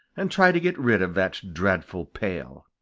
and try to get rid of that dreadful pail.